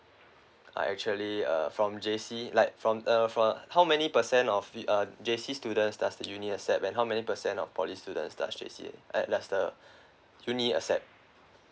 are actually uh from J_C like from uh from how many percent of the uh J_C students does the uni accept and how many percent of poly students does accept does the uni accept